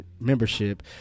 membership